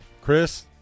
Chris